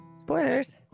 Spoilers